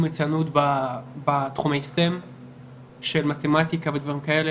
מצוינות בתחומים של מתמטיקה ודברים כאלה